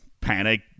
Panic